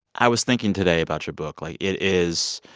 i was thinking today about your book. like, it is